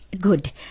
good